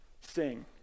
sing